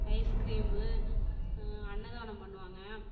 ice cream அன்னதானம் பண்ணுவாங்க